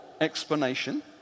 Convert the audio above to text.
explanation